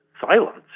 silence